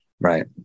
Right